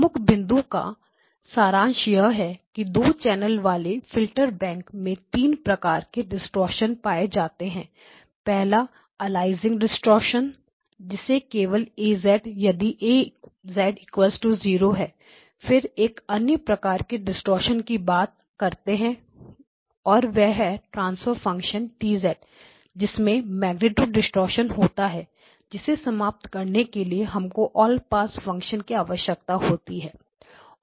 प्रमुख बिंदुओं का सारांश यह है कि 2 चैनल वाले फिल्टर बैंक में तीन प्रकार के डिस्टॉर्शन पाए जाते हैं पहला है या अलियासिंग डिस्टॉर्शन जिसे केवल A यदि A 0 है फिर एक अन्य प्रकार के डिस्टॉर्शन की बात करते हैं और वह ट्रांसफर फंक्शन डिस्टॉर्शन T जिसमें मेग्नीट्यूड डिस्टॉर्शन होता है इसे समाप्त करने के लिए हमको ऑल पास फंक्शनall pass function की आवश्यकता होती है